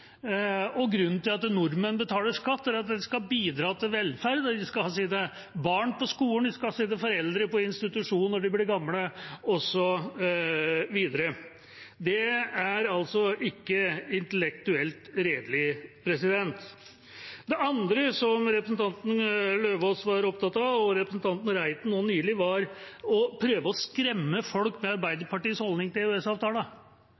skatteloven. Grunnen til at nordmenn betaler skatt, er at det skal bidra til velferd, og de skal ha sine barn på skolen, de skal ha sine foreldre på institusjon når de blir gamle, osv. Det er altså ikke intellektuelt redelig. Det andre som representanten Eidem Løvaas var opptatt av – og representanten Reiten nå nylig – var å prøve å skremme folk med